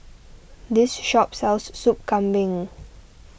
this shop sells Soup Kambing